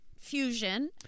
fusion